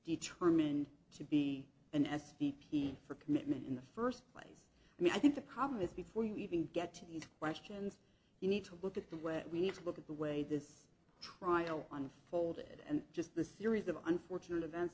determined to be an s v p for commitment in the first place i mean i think the common is before you even get to these questions you need to look at the way we need to look at the way this trial unfolded and just the series of unfortunate events